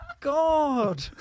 God